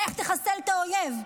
לך תחסל את האויב.